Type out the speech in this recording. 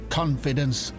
confidence